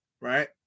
right